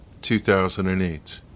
2008